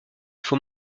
faut